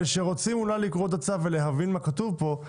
שרוצים אולי לקרוא את הצו ולהבין מה כתוב בו,